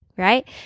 right